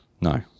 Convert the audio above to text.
No